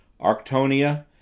Arctonia